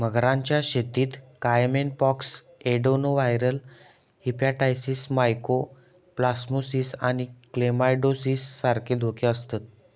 मगरांच्या शेतीत caiman pox, adenoviral hepatitis, mycoplasmosis आणि क्लेमायडिओसिस सारखे धोके आसतत